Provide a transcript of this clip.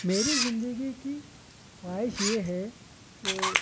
میری زندگی کی خواہش یہ ہے کہ